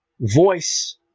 voice